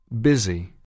Busy